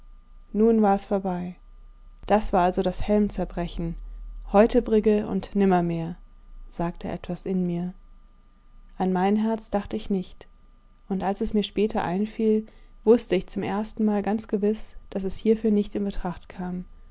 nun war es vorbei das war also das helmzerbrechen heute brigge und nimmermehr sagte etwas in mir an mein herz dachte ich nicht und als es mir später einfiel wußte ich zum erstenmal ganz gewiß daß es hierfür nicht in betracht kam